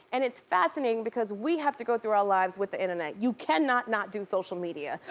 and it's fascinating because we have to go through our lives with the internet. you cannot not do social media.